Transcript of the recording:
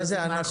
מה זה "אנחנו"?